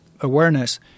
awareness